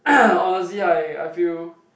honestly I I feel